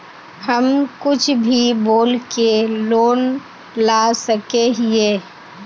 हम कुछ भी बोल के लोन ला सके हिये?